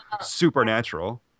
supernatural